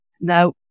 Now